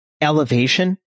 elevation